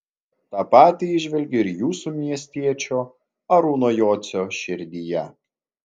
tą patį įžvelgiu ir jūsų miestiečio arūno jocio širdyje